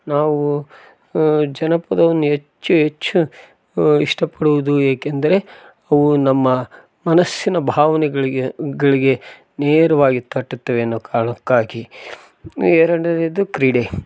ನಾವು ಜನಪದವನ್ನು ಹೆಚ್ಚು ಹೆಚ್ಚು ಇಷ್ಟ ಪಡುವುದು ಏಕೆಂದರೆ ಅವು ನಮ್ಮ ಮನಸ್ಸಿನ ಭಾವನೆಗಳಿಗೆ ಗಳಿಗೆ ನೇರವಾಗಿ ತಟ್ಟುತ್ತವೆ ಎನ್ನುವ ಕಾರಣಕ್ಕಾಗಿ ಎರಡನೆಯದು ಕ್ರೀಡೆ